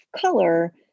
color